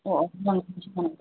ꯑꯣ ꯑꯣ